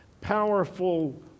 powerful